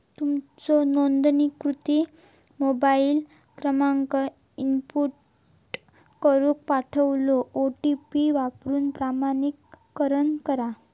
तुमचो नोंदणीकृत मोबाईल क्रमांक इनपुट करून पाठवलेलो ओ.टी.पी वापरून प्रमाणीकरण करा